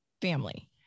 family